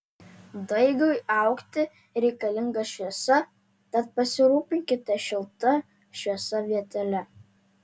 daigui augti reikalinga šviesa tad pasirūpinkite šilta šviesia vietele